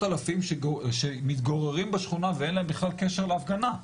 אלפים שמתגוררים בשכונה ואין להם בכלל קשר להפגנה,